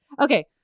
Okay